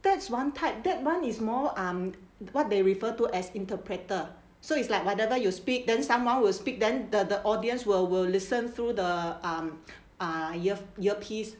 that's one type that one is more um what they refer to as interpreter so it's like whatever you speak then someone will speak then the the audience will will listen through the um ah ear earpiece